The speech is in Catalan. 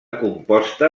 composta